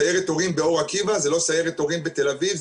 סיירת הורים באור עקיבא זה לא סיירת הורים בתל אביב,